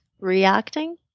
reacting